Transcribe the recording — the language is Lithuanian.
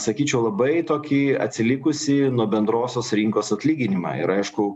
sakyčiau labai tokį atsilikusį nuo bendrosios rinkos atlyginimą ir aišku